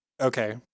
Okay